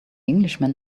englishman